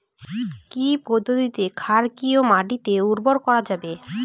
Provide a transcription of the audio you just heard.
কি পদ্ধতিতে ক্ষারকীয় মাটিকে উর্বর করা যাবে?